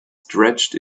stretched